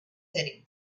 setting